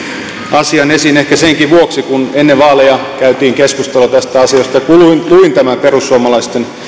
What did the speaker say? asian esiin ehkä senkin vuoksi että kun ennen vaaleja käytiin keskustelua tästä asiasta ja kun luin tämän perussuomalaisten